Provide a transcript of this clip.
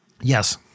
Yes